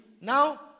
now